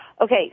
Okay